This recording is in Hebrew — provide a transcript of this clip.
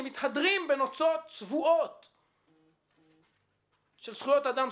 שמתהדרים בנוצות צבועות של זכויות אדם,